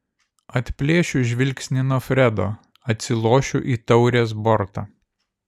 atplėšiu žvilgsnį nuo fredo atsilošiu į taurės bortą